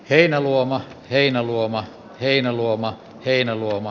heinäluoma heinäluoma heinäluoma heinäluoma